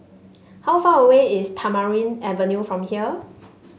how far away is Tamarind Avenue from here